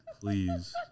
Please